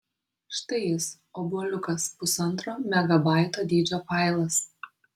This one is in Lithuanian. štai jis obuoliukas pusantro megabaito dydžio failas